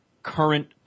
current